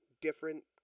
different